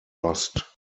lost